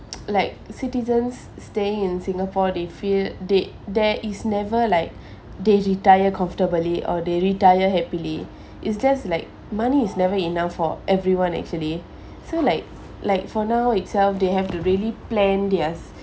like citizens stay in singapore they fear there there is never like they retire comfortably or they retire happily it's just like money is never enough for everyone actually so like like for now itself they have to really plan their